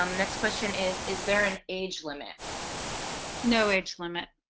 um next question is is there an age limit no age limit